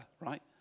right